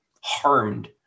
harmed